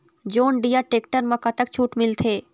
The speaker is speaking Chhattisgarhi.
जॉन डिअर टेक्टर म कतक छूट मिलथे?